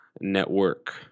network